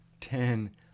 ten